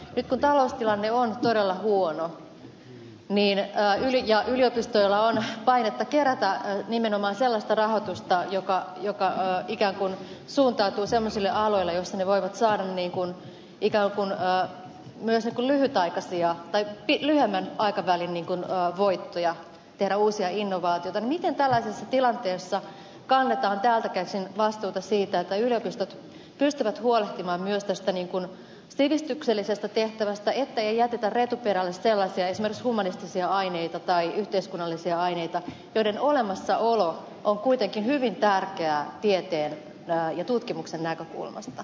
nyt kun taloustilanne on todella huono ja yliopistoilla on painetta kerätä nimenomaan sellaista rahoitusta joka ikään kuin suuntautuu semmoisille aloille joissa ne voivat saada ikään kuin myös lyhytaikaisia tai lyhyemmän aikavälin voittoja tehdä uusia innovaatioita niin miten tällaisessa tilanteessa kannetaan täältä käsin vastuuta siitä että yliopistot pystyvät huolehtimaan myös tästä sivistyksellisestä tehtävästä ettei jätetä retuperälle sellaisia esimerkiksi humanistisia aineita tai yhteiskunnallisia aineita joiden olemassaolo on kuitenkin hyvin tärkeää tieteen ja tutkimuksen näkökulmasta